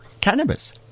cannabis